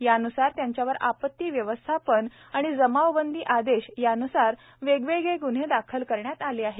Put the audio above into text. यान्सार त्यांच्यावर आपती व्यवस्थापन व जमावबंदी आदेश यान्सार वेगवेगळे ग्न्हे दाखल करण्यात आले आहेत